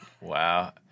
Wow